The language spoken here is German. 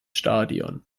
stadion